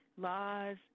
laws